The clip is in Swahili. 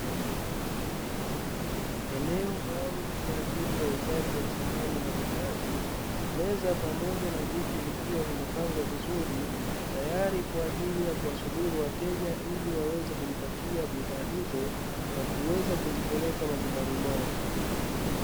Eneo maalumu kwa ajili ya uuzaji wa samani mbalimbali, meza pamoja na viti vikiwa vimepangwa vizuri, tayari kwa ajili ya kuwasubiri wateja, ili waweze kujipatia bidhaa hizo na kuweza kuzipeleka majumbani kwao.